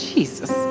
Jesus